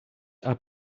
are